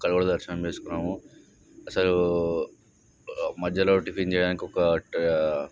అక్కడ కూడా దర్శనం చేసుకున్నాము అసలు మధ్యలో టిఫిన్ చేయడానికి ఒక